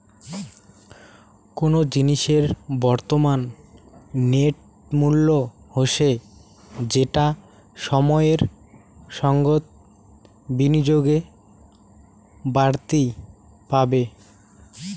কুনো জিনিসের বর্তমান নেট মূল্য হসে যেটা সময়ের সঙ্গত বিনিয়োগে বাড়তি পারে